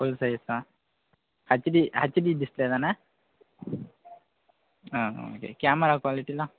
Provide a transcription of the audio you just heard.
full சைஸ்ஸா HD HD display தானே ஆ ஓகே கேமரா குவாலிட்டியெலாம்